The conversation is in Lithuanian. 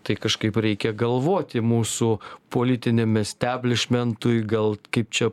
tai kažkaip reikia galvoti mūsų politiniam esteblišmentui gal kaip čia